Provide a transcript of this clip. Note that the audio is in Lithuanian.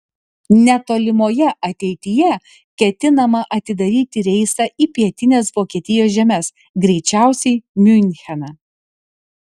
netolimoje ateityje ketinama atidaryti reisą į pietines vokietijos žemes greičiausiai miuncheną